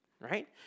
right